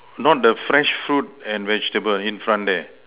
not the fresh fruit and vegetable in front there